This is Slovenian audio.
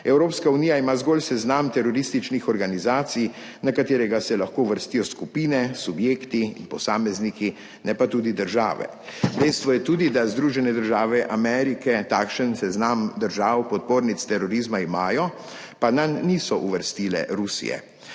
Evropska unija ima zgolj seznam terorističnih organizacij, na katerega se lahko uvrstijo skupine, subjekti in posamezniki, ne pa tudi države. Dejstvo je tudi, da Združene države Amerike takšen seznam držav podpornic terorizma imajo, pa nanj niso uvrstile Rusije.